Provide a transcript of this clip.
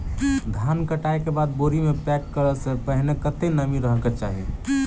धान कटाई केँ बाद बोरी मे पैक करऽ सँ पहिने कत्ते नमी रहक चाहि?